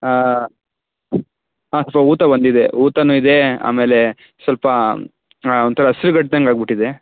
ಹಾಂ ಸೋ ಊತ ಬಂದಿದೆ ಊತವೂ ಇದೆ ಆಮೇಲೆ ಸ್ವಲ್ಪ ಒಂಥರಾ ಹಸ್ರಗಟ್ದಂಗೆ ಆಗ್ಬಿಟ್ಟಿದೆ